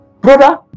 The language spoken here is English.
Brother